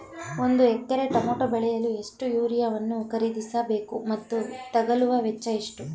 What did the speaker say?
ಒಂದು ಎಕರೆ ಟಮೋಟ ಬೆಳೆಯಲು ಎಷ್ಟು ಯೂರಿಯಾವನ್ನು ಖರೀದಿಸ ಬೇಕು ಮತ್ತು ತಗಲುವ ವೆಚ್ಚ ಎಷ್ಟು?